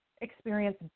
experience